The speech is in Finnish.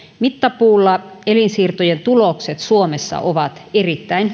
mittapuulla elinsiirtojen tulokset suomessa ovat erittäin